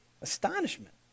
Astonishment